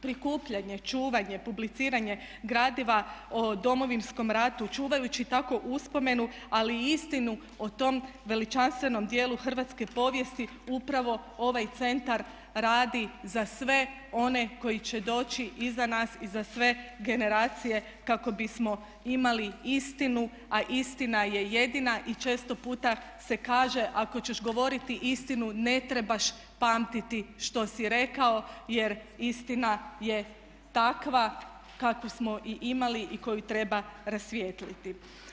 Prikupljanje, čuvanje publiciranje gradiva o Domovinskom ratu, čuvajući tako uspomenu ali i istinu o tom veličanstvenom dijelu hrvatske povijesti upravo ovaj centar radi za sve one koji će doći iza nas i za sve generacije kako bismo imali istinu a istina je jedina i često puta se kaže ako ćeš govoriti istinu ne trebaš pamtiti što si rekao jer istina je takva kakvu smo i imali i koju treba rasvijetliti.